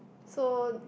so